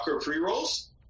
pre-rolls